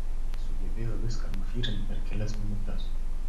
jis sugebėjo viską nufyrint per kelias minutes